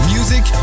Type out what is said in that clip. Music